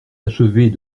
achever